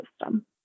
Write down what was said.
system